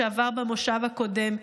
שעבר בכנס הקודם,